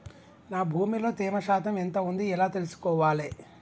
నా భూమి లో తేమ శాతం ఎంత ఉంది ఎలా తెలుసుకోవాలే?